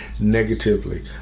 negatively